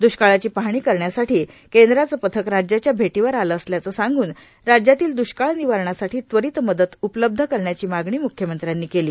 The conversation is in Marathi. द्ष्काळाची पाहणी करण्यासाठी केंद्राचं पथक राज्याच्या भेटीवर आले असल्याचे सांगून राज्यातील द्ष्काळ निवारणासाठी त्वरित मदत उपलब्ध करण्याची मागणी म्ख्यमंत्र्यांनी केली